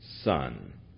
Son